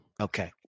Okay